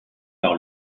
par